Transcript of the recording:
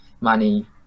money